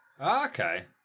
Okay